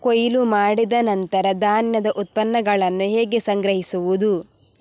ಕೊಯ್ಲು ಮಾಡಿದ ನಂತರ ಧಾನ್ಯದ ಉತ್ಪನ್ನಗಳನ್ನು ಹೇಗೆ ಸಂಗ್ರಹಿಸುವುದು?